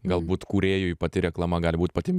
galbūt kūrėjui pati reklama gali būt pati